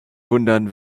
wundern